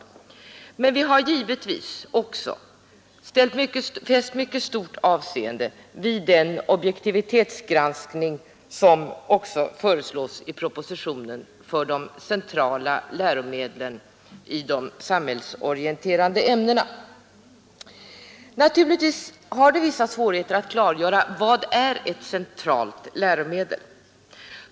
Men vi har också ' fäst mycket stort avseende vid den objektivitetsgranskning som föreslås i propositionen för de centrala läromedlen i de samhällsorienterande ämnena. Naturligtvis är det vissa svårigheter med att klargöra vad ett centralt läromedel är.